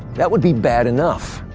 that would be bad enough.